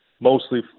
mostly